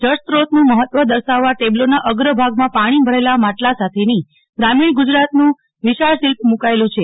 જળસ્રોતનું મહત્વ દર્શાવવા ટેબ્લોના અગ્ર ભાગમાં પાણી ભરેલાં માટલાં સાથેની ગ્રામીણ ગુજરાતણનું વિશાળ શિલ્પ મુકાયું છે